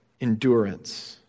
endurance